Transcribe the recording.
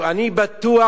אני בטוח,